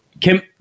Kim